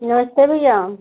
नमस्ते भैया